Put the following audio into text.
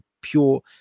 pure